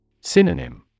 Synonym